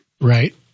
Right